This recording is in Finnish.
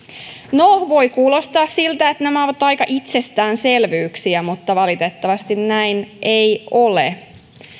no voi kuulostaa siltä että nämä ovat itsestäänselvyyksiä mutta valitettavasti näin ei ole